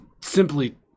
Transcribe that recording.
simply